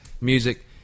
music